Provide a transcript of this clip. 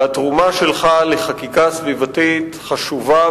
והתרומה שלך לחקיקה סביבתית חשובה,